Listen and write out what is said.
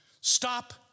Stop